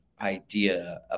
idea